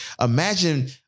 Imagine